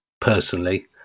personally